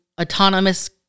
autonomous